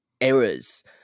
errors